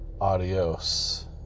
adios